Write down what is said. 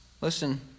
Listen